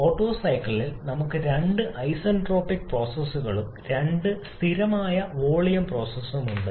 auto സൈക്കിളിൽ നമുക്ക് രണ്ട് ഐസന്റ്രോപിക് പ്രോസസ്സുകളും രണ്ട് സ്ഥിരമായ വോളിയം പ്രോസസും ഉണ്ട്